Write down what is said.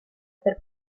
per